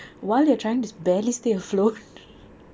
while you're trying to barely stay afloat